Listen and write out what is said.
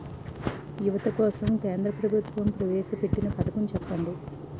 యువత కోసం కేంద్ర ప్రభుత్వం ప్రవేశ పెట్టిన పథకం చెప్పండి?